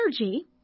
energy